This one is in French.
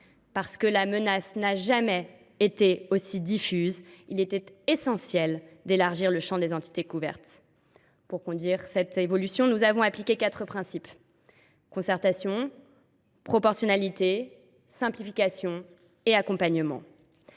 Parce que la menace n’a jamais été si diffuse, il était essentiel d’élargir le champ des entités couvertes. Nous avons conduit cette évolution en suivant quatre principes : concertation, proportionnalité, simplification et accompagnement.